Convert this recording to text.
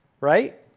right